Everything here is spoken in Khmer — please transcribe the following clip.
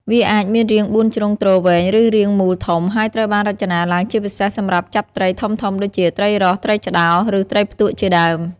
វាអាចមានរាងបួនជ្រុងទ្រវែង ឬរាងមូលធំ ហើយត្រូវបានរចនាឡើងជាពិសេសសម្រាប់ចាប់ត្រីធំៗដូចជាត្រីរស់ ត្រីឆ្តោ ឬត្រីផ្ទក់ជាដើម។